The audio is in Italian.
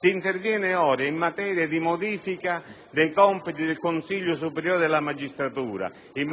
Si interviene ora in materia di modifica dei compiti del Consiglio superiore della magistratura, di